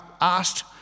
asked